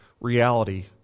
reality